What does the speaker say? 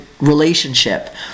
relationship